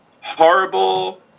horrible